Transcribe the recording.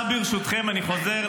מה זה קשור?